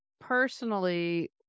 personally